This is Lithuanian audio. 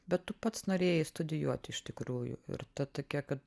bet tu pats norėjai studijuoti iš tikrųjų ir ta tokia kad